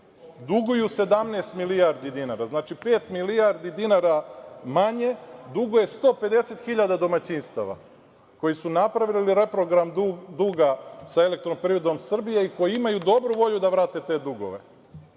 duguju 17 milijardi dinara. Znači, pet milijardi dinara manje duguje 150.000 domaćinstava, koji su napravili reprogram duga sa EPS i koji imaju dobru volju da vrate te dugove,